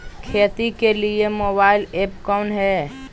खेती के लिए मोबाइल ऐप कौन है?